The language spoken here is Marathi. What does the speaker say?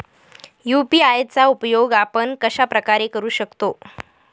यू.पी.आय चा उपयोग आपण कशाप्रकारे करु शकतो?